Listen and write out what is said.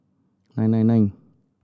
nine nine nine